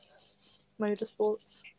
motorsports